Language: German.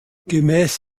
gemäß